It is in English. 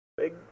Big